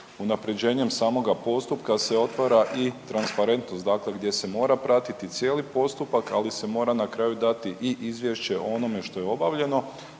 unapređenjem samoga postupka se otvara i transparentnost, dakle gdje se mora pratiti cijeli postupak, ali se mora na kraju dati i izvješće o onome što je obavljeno.